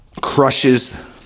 crushes